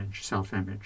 self-image